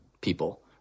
people